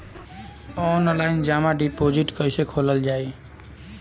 Online जमा deposit कैसे खोलल जाइ?